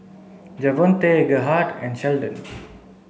Javonte Gerhardt and Sheldon